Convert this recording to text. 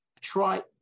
Try